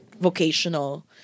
vocational